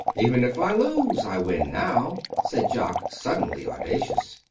even if i lose i win now, said jock, suddenly audacious.